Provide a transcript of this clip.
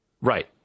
right